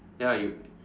ya you